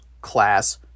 class